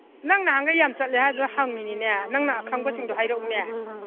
ꯅꯪ ꯅꯍꯥꯟꯒꯩ ꯌꯥꯝ ꯆꯠꯂꯦ ꯍꯥꯏꯕꯗꯨꯗ ꯍꯪꯏꯅꯤꯅꯦ ꯅꯪꯅ ꯑꯈꯪꯕꯁꯤꯡꯗꯣ ꯍꯥꯏꯔꯛꯎꯅꯦ